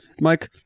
Mike